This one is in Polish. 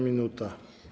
minuta.